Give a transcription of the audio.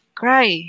cry